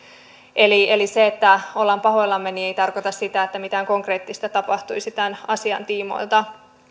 eli eli se että olemme pahoillamme ei tarkoita sitä että mitään konkreettista tapahtuisi tämän asian tiimoilta